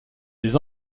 les